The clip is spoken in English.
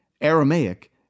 Aramaic